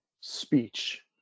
speech